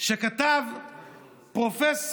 שכתב פרופ'